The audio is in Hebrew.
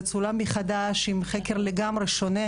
זה צולם מחדש, עם חקר לגמרי שונה.